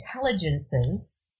intelligences